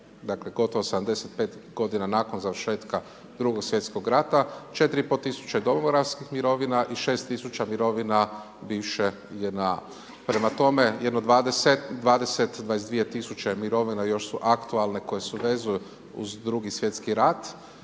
gotovo 75 godina nakon završetka Drugog svjetskog rata, 4,5 tisuće domobranskih mirovina i 6 tisuća mirovina bivše JNA. Prema tome jedno 2, 22 tisuće mirovina još su aktualne koje se vezuju uz Drugi svjetski rat.